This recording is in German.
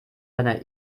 seiner